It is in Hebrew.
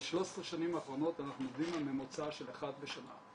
ב-13 השנים האחרונות אנחנו עומדים על ממוצע של אחד לשנה.